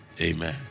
Amen